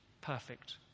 Perfect